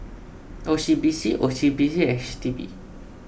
O C B C O C B C H D B